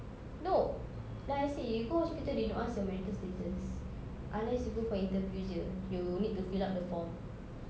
no like I said you go hospital they don't ask your marital status unless you go for interview jer you need to fill up the form